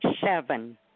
seven